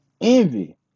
Envy